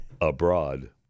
abroad